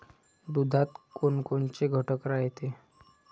दुधात कोनकोनचे घटक रायते?